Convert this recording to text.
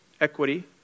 equity